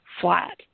flat